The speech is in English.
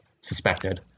suspected